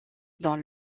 dans